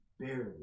barely